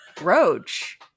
Roach